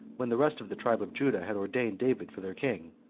when the rest of the tribe of judah had ordained david for their king.